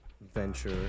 Venture